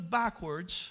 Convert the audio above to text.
backwards